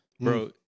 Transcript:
Bro